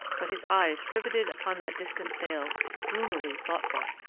but his eyes, riveted upon that distant sail, were gloomily thoughtful.